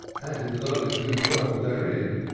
and those who dwell therein.